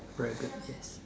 very good yes